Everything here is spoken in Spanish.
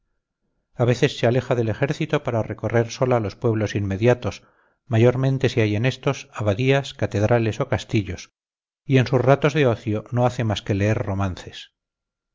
a veces se aleja del ejército para recorrer sola los pueblos inmediatos mayormente si hay en estos abadías catedrales o castillos y en sus ratos de ocio no hace más que leer romances